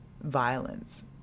violence